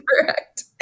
Correct